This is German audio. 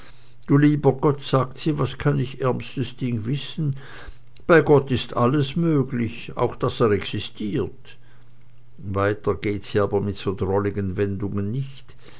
du lieber gott sagt sie was kann ich ärmstes ding wissen bei gott ist alles möglich auch daß er existiert weiter geht sie aber mit so drolligen wendungen nicht